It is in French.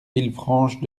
villefranche